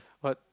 but